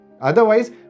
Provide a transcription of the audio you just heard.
Otherwise